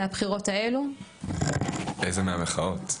איזה מהמחאות?